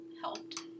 helped